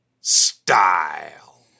style